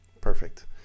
Perfect